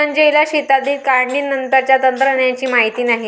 संजयला शेतातील काढणीनंतरच्या तंत्रज्ञानाची माहिती नाही